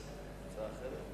אדוני היושב-ראש, חברי חברי